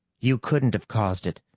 you couldn't have caused it.